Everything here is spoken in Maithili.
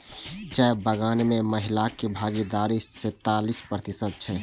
चाय बगान मे महिलाक भागीदारी सैंतालिस प्रतिशत छै